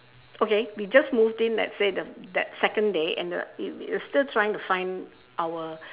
okay we just moved in let's say the that second day and the we we were still trying to find our